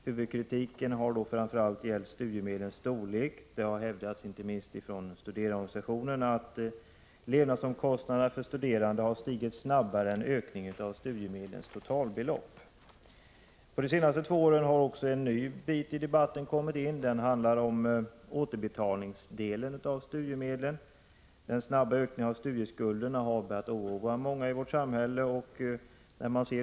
Huvudkritiken har framför allt gällt studiemedlens storlek. Det har hävdats, inte minst från studerandeorganisationerna, att levnadsomkostnaderna för studerande stigit snabbare än ökningen av studiemedlens totalbelopp. Under de senaste två åren har debatten också kommit att handla om återbetalningen av studiemedel. Den snabba ökningen av studieskulderna har oroat många i vårt samhälle.